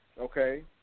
okay